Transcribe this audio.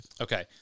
Okay